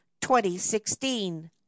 2016